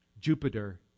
Jupiter